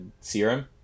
Serum